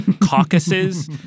caucuses